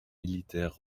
militaires